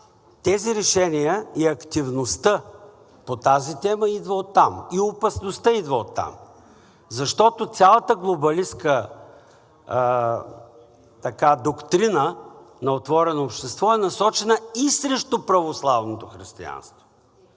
тези решения и активността по тази тема идват оттам. И опасността идва оттам. Защото цялата глобалистка доктрина на „Отворено общество“ е насочена и срещу православното християнство.